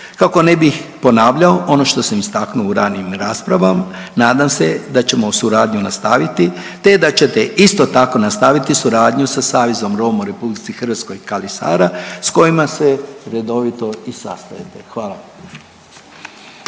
Kako ne bih ponavljao ono što sam istaknuo u ranijim raspravama, nadam se da ćemo suradnju nastaviti te da ćete isto tako nastaviti suradnju sa Savezom Roma u RH KALI SARA s kojima se redovito i sastajete. Hvala.